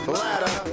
ladder